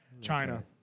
China